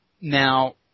Now